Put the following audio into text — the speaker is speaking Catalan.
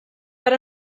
per